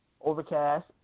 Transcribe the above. Overcast